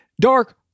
dark